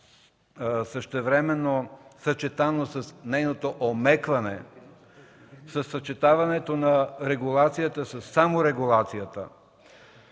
същевременно съчетано с нейното омекване, със съчетаване на регулацията със саморегулацията.